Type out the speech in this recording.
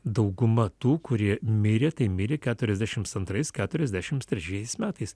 dauguma tų kurie mirė tai mirė keturiasdešims antrais keturiasdešims trečiais metais